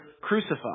crucified